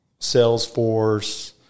Salesforce